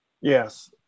Yes